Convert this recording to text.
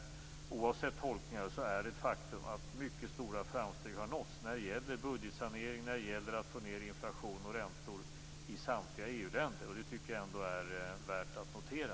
Oavsett tolkningar är det ett faktum att mycket stora framsteg har gjorts när det gäller budgetsanering och när det gäller att få ned inflation och räntor i samtliga EU-länder. Det tycker jag ändå är värt att notera.